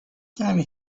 time